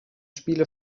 spiele